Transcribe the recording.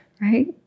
right